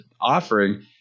offering